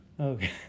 Okay